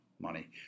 money